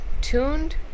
tuned